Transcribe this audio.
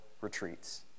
retreats